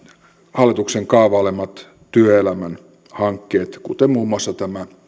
hallituksen kaavailemat työelämän hankkeet kuten muun muassa tämä